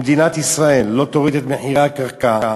אם מדינת ישראל לא תוריד את מחירי הקרקע,